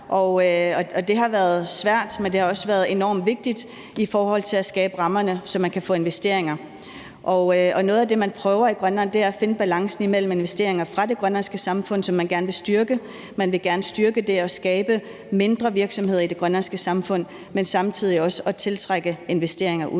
det har også været enormt vigtigt i forhold til at skabe rammerne, så man kan få investeringer. Noget af det, man prøver i Grønland, er at finde balancen imellem investeringer fra det grønlandske samfund, som man gerne vil styrke – man vil gerne styrke det at skabe mindre virksomheder i det grønlandske samfund – og samtidig også tiltrække investeringer